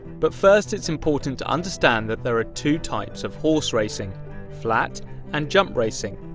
but first, it's important to understand that there are two types of horse racing flat and jump racing,